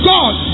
God